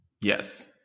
Yes